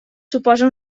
suposa